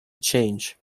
change